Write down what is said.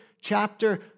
chapter